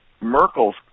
Merkel's